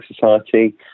Society